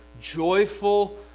joyful